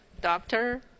doctor